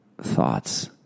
thoughts